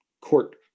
court